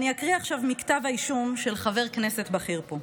עכשיו אני אקריא מכתב האישום של חבר כנסת בכיר פה: